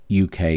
UK